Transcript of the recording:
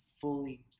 fully